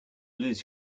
lose